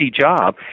job